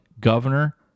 Governor